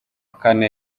kane